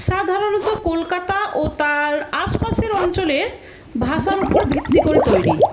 সাধারণত কলকাতা ও তার আশপাশের অঞ্চলের ভাষার উপর ভিত্তি করে তৈরি